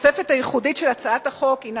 התוספת הייחודית של הצעת החוק הינה